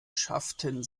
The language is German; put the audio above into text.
schafften